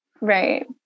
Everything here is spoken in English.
right